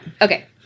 Okay